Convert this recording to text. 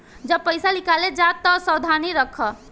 जब पईसा निकाले जा तअ सावधानी रखअ